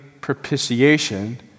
propitiation